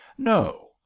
no